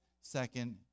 second